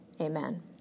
Amen